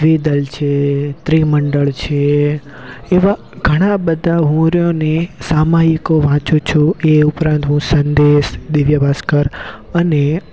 દ્વીદલ છે ત્રિમંડળ છે એવા ઘણા બધા હું રયોને સામાયિકો વાંચું છું એ ઉપરાંત હું સંદેશ દિવ્ય ભાસ્કર અને